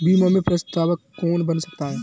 बीमा में प्रस्तावक कौन बन सकता है?